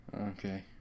Okay